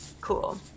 Cool